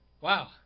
wow